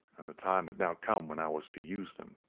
and the time had now come when i was to use them.